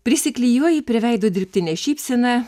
prisiklijuoji prie veido dirbtinę šypseną